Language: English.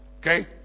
Okay